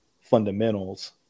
fundamentals